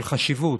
חשיבות.